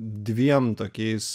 dviem tokiais